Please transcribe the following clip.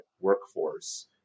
workforce